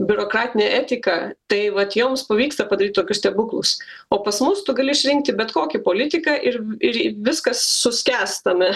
biurokratine etika tai vat jiems pavyksta padaryti tokius stebuklus o pas mus tu gali išrinkti bet kokį politiką ir ir viskas su skęstame